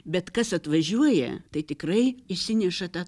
bet kas atvažiuoja tai tikrai išsineša tą